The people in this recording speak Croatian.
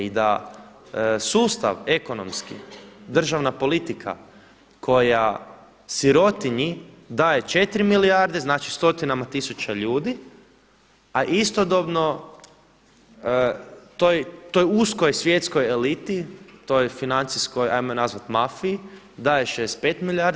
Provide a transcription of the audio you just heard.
I da sustav ekonomski, državna politika, koja sirotinji daje 4 milijarde, znači stotinama tisuća ljudi a istodobno toj uskoj svjetskoj eliti, toj financijskoj 'ajmo je nazvati mafiji daje 65 milijardi.